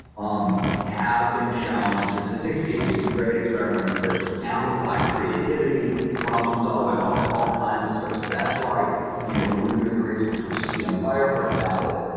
um have been shown since the sixty s in gray experiments to amplify creativity, problem solving, all all kinds of stuff that's why you know when we're doing the research for stealing fire for example,